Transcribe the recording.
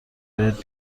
بهت